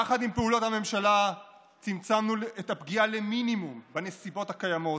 יחד עם פעולות הממשלה צמצמנו את הפגיעה למינימום בנסיבות הקיימות,